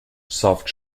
soft